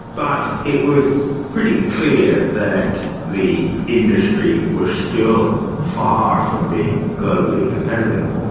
but it was pretty clear that the industry was still far from being globally competitive.